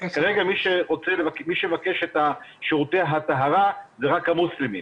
כרגע מי שמבקש את שירותי הטהרה זה רק המוסלמים,